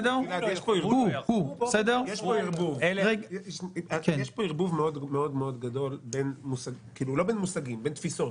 יש פה ערבוב מאוד גדול בין תפיסות.